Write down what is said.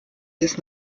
des